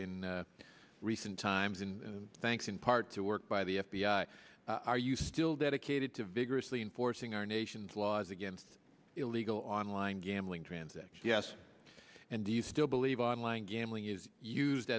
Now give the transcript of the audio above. in recent times and thanks in part to work by the f b i are you still dedicated to vigorously enforcing our nation's laws against illegal online gambling transit yes and do you still believe online gambling is used